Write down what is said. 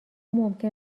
ممکن